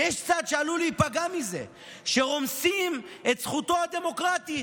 שיש צד שעלול להיפגע מזה שרומסים את זכותו הדמוקרטית.